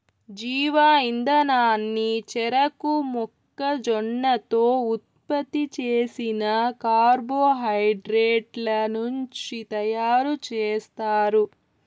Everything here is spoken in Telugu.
జీవ ఇంధనాన్ని చెరకు, మొక్కజొన్నతో ఉత్పత్తి చేసిన కార్బోహైడ్రేట్ల నుంచి తయారుచేస్తారు